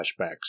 flashbacks